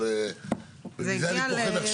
אבל מזה אני פוחד עכשיו גם.